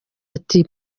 ati